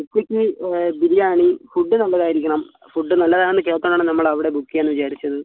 ഉച്ചയ്ക്ക് ബിരിയാണി ഫുഡ് നല്ലതായിരിക്കണം ഫുഡ് നല്ലതാണെന്ന് കേട്ടതുകൊണ്ടാണ് നമ്മൾ അവിടെ ബുക്ക് ചെയ്യാമെന്ന് വിചാരിച്ചത്